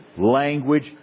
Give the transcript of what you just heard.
language